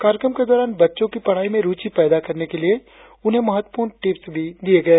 कार्यक्रम के दौरान बच्चों की पढ़ाई में रुचि पैदा करने के लिए उन्हें महत्वपूर्ण टिप्स भी दिए गए